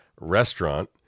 restaurant